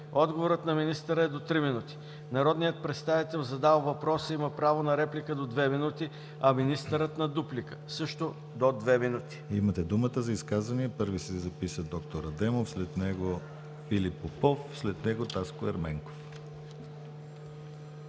Отговорът на министъра е до 3 минути. Народният представител, задал въпроса, има право на реплика до 2 минути, а министърът – на дуплика, също до 2 минути.“